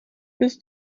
bist